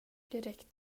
direkt